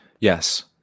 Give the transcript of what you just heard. Yes